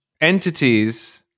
entities